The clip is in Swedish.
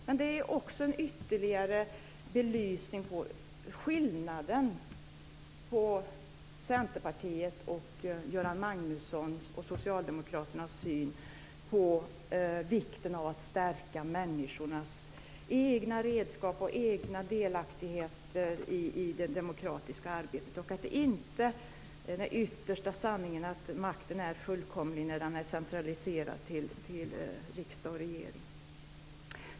Men det ger också en ytterligare belysning av skillnaden mellan Centerpartiet och Göran Magnussons och Socialdemokraternas syn på vikten av att stärka människornas egna redskap och egen delaktighet i det demokratiska arbetet. Det är inte den yttersta sanningen att makten är fullkomlig när den är centraliserad till riksdag och regering.